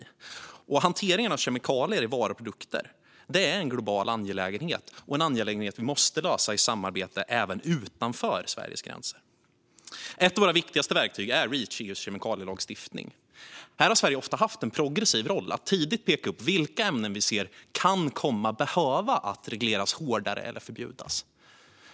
Hanteringen av kemikalier i varor och produkter är en global angelägenhet som vi måste lösa i samarbete även utanför Sveriges gränser. Ett av våra viktigaste verktyg är EU:s kemikalielagstiftning Reach. Här har Sverige ofta haft en progressiv roll när det gäller att tidigt peka ut vilka ämnen som vi ser kan komma att behöva regleras hårdare eller förbjudas.